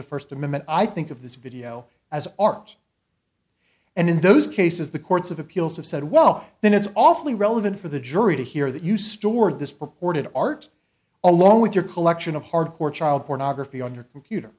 the first amendment i think of this video as ours and in those cases the courts of appeals have said well then it's awfully relevant for the jury to hear that you stored this purported art along with your collection of hard core child pornography on your computer